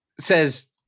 says